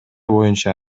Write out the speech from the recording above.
боюнча